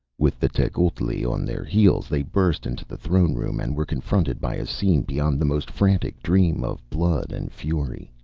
with the tecuhltli on their heels they burst into the throne room and were confronted by a scene beyond the most frantic dream of blood and fury.